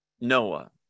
Noah